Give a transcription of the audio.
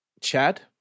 Chad